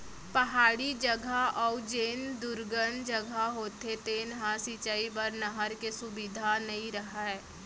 पहाड़ी जघा अउ जेन दुरगन जघा होथे तेन ह सिंचई बर नहर के सुबिधा नइ रहय